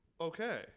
Okay